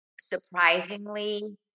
Surprisingly